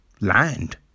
land